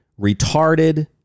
retarded